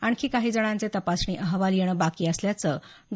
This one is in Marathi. आणखी काही जणांचे तपासणी अहवाल येणं बाकी असल्याचं डॉ